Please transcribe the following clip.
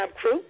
crew